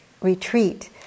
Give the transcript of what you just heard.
retreat